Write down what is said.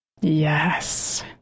Yes